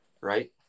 right